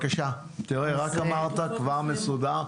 הינה, רק אמרת וזה כבר מסודר.